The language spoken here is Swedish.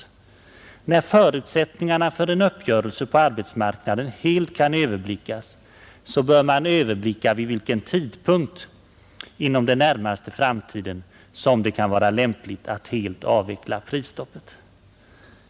När förutsättningarna för en uppgörelse på arbetsmarknaden helt kan överblickas bör man överväga vid vilken tidpunkt inom den närmaste framtiden det kan vara lämpligt att helt avveckla prisstoppet.